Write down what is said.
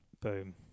Boom